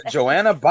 Joanna